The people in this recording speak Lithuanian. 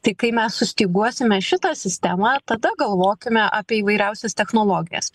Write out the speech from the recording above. tai kai mes sustyguosime šitą sistemą tada galvokime apie įvairiausias technologijas